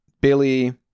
Billy